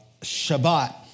Shabbat